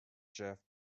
jeff